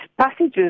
passages